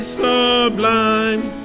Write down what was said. sublime